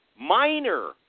minor